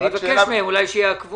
אני אבקש מהם אולי שיעכבו.